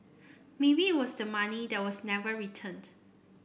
maybe it was the money that was never returned